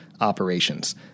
operations